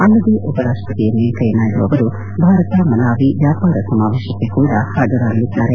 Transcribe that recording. ಅಲ್ಲದೇ ಉಪರಾಷ್ಟಪತಿ ಎಂ ವೆಂಕಯ್ತ ನಾಯ್ತು ಅವರು ಭಾರತ ಮಲಾವಿ ವ್ಯಾಪಾರ ಸಮಾವೇಶಕ್ಕೆ ಕೂಡಾ ಹಾಜರಾಗಲಿದ್ದಾರೆ